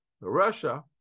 Russia